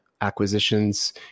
acquisitions